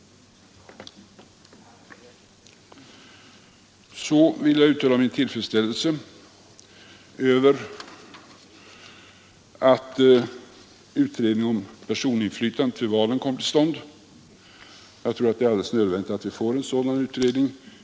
Så vill jag uttala min tillfredsställelse över att utredningen om personinflytandet vid valen kommer till stånd. Jag tror att det är nödvändigt att vi får till stånd en sådan utredning.